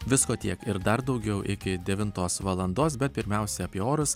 visko tiek ir dar daugiau iki devintos valandos bet pirmiausia apie orus